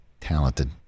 talented